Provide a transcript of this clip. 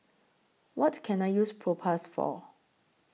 What Can I use Propass For